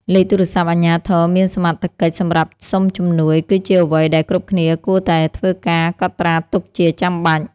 លេខទូរស័ព្ទអាជ្ញាធរមានសមត្ថកិច្ចសម្រាប់សុំជំនួយ គឺជាអ្វីដែលគ្រប់គ្នាគួរតែធ្វើការកត់ត្រាទុកជាចាំបាច់។